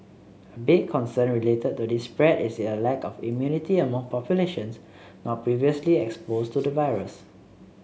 a big concern related to this spread is a lack of immunity among populations not previously exposed to the virus